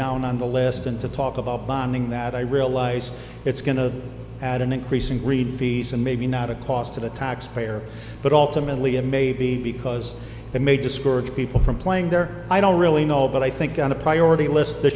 down on the list and to talk about bonding that i realize it's going to add an increasing breed fees and maybe not a cost to the taxpayer but ultimately it may be because it may discourage people from playing there i don't really know but i think on a priority list th